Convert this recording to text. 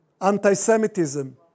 anti-Semitism